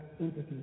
entity